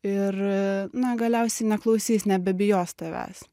ir na galiausiai neklausys nebebijos tavęs